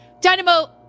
Dynamo